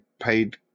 paid